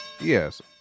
yes